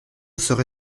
serai